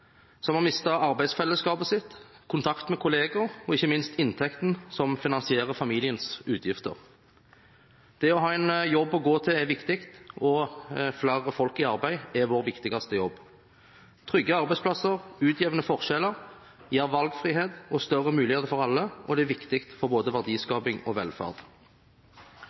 de har mistet arbeidsfellesskapet, kontakten med kollegaer og ikke minst inntektene som finansierer familiens utgifter. Det å ha en jobb å gå til er viktig, og flere folk i arbeid er vår viktigste jobb: trygge arbeidsplasser, utjevne forskjeller, gi valgfrihet og større muligheter for alle. Det er viktig både for verdiskaping og for velferd.